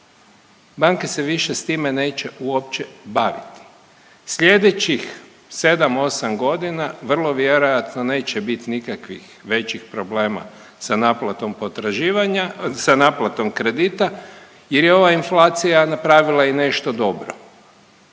Banke se više s time neće uopće baviti. Slijedećih 7-8 godina vrlo vjerojatno neće bit nikakvih većih problema sa naplatom potraživanja, sa naplatom kredita jer je ova inflacija napravila i nešto dobro.